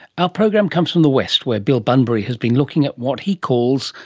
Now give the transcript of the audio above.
ah program comes from the west, where bill bunbury has been looking at what he calls,